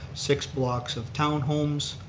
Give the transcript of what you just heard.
six blocks of town homes.